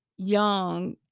young